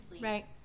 right